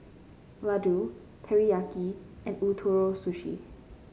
Ladoo Teriyaki and Ootoro Sushi